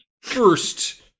first